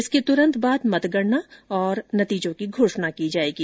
इसके तुरन्त बाद मतगणना तथा नतीजों की घोषणा की जायेगी